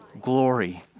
glory